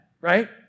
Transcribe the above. right